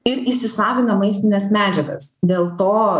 ir įsisavina maistines medžiagas dėl to